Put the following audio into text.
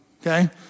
Okay